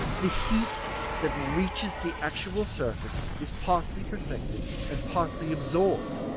the heat that reaches the actual surface is partly reflected and partly absorbed,